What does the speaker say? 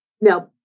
No